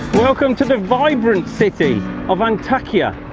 welcome to the vibrant city of antakya.